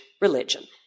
religion